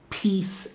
peace